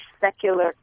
secular